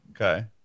Okay